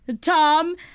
Tom